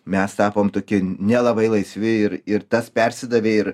mes tapom tokie nelabai laisvi ir ir tas persidavė ir